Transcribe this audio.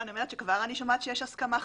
כבר אני שומעת שיש הסכמה חלקית.